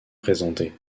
présentées